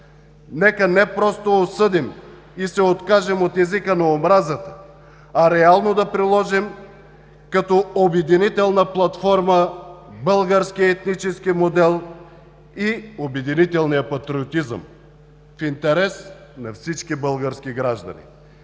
Нека не просто осъдим и се откажем от езика на омразата, а реално да приложим като обединителна платформа българския етнически модел и обединителния патриотизъм в интерес на всички български граждани.